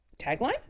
Tagline